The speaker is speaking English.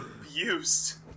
abused